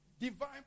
divine